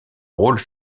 rôles